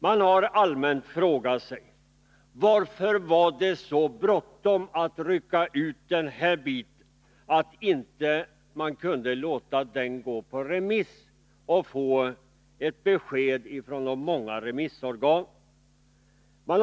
Man har allmänt frågat: Varför var det så bråttom att rycka ut den här biten att man inte kunde låta den gå ut på remiss och få ett besked från de många remissorganen?